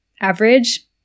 average